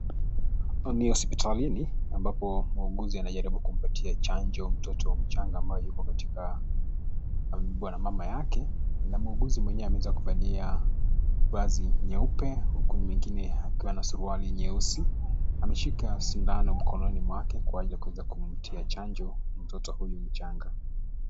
Ni hospitalini ambapo wauguzi wanajaribu kumpatia chanjo mtoto mchanga ambaye amebebwa na mama yake na muuguzi mwenyewe ameweza kuvalia vazi nyeupe huku mwingine akiwa na suruali nyeusi. Ameshika sindano mkononi mwake kuweza kuja kumtia chanjo mtoto huyu mchanga.